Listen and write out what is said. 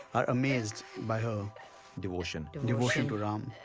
are amazed, by her devotion to devotion to ram.